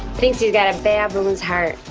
thinks you got a fabulous heart.